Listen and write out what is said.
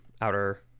Outer